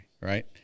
right